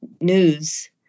news